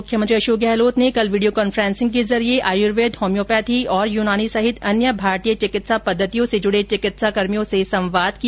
मुख्यमंत्री अशोक गहलोत ने कल वीडियो कांन्फ्रेंसिंग के जरिये आयुर्वेद होम्योपैथी यूनानी सहित अन्य भारतीय चिकित्सा पद्धतियों से जुड़े चिकित्साकर्मियों से संवाद किया